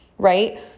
right